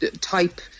type